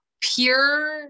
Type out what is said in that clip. Pure